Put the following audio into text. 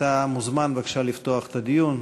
אתה מוזמן, בבקשה, לפתוח את הדיון.